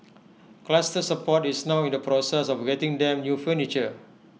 Cluster support is now in the process of getting them new furniture